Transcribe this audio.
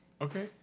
Okay